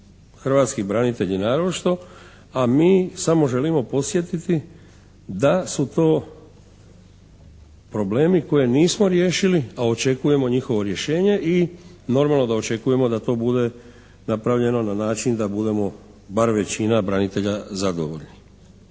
hrvatski branitelji naročito, a mi samo želimo podsjetiti da su to problemi koje nismo riješili, a očekujemo njihovo rješenje i normalno da očekujemo da to bude napravljeno na način da budemo bar većina branitelja zadovoljni.